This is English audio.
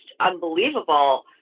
unbelievable